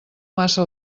massa